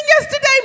yesterday